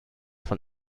von